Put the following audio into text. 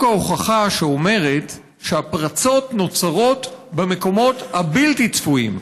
ההוכחה שאומרת שהפרצות נוצרות במקומות הבלתי-צפויים,